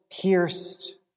pierced